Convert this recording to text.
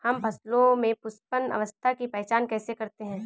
हम फसलों में पुष्पन अवस्था की पहचान कैसे करते हैं?